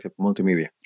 multimedia